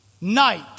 night